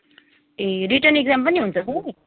ए written exam पनि हुन्छ sir